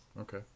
Okay